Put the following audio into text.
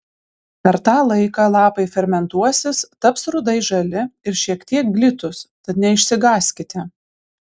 per tą laiką lapai fermentuosis taps rudai žali ir šiek tiek glitūs tad neišsigąskite